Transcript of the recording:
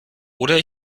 oder